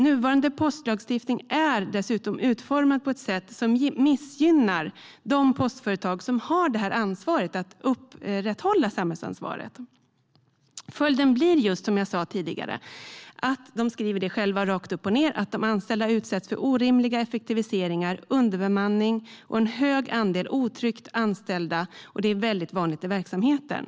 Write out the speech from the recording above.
Nuvarande postlagstiftning är dessutom utformad på ett sätt som missgynnar de postföretag som har ansvar för att upprätthålla samhällsuppdraget. Följden blir, som jag sa tidigare och som Seko själva skriver rakt upp och ned, att de anställda utsätts för orimliga effektiviseringar, underbemanning och en hög andel med otrygga anställningar och att det är väldigt vanligt i verksamheten.